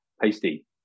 pasty